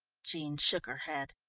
jean shook her head.